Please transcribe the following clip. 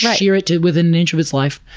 yeah sheered to within an inch of its life.